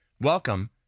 Welcome